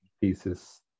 thesis